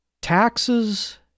Taxes